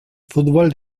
fútbol